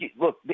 look